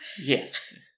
Yes